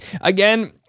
Again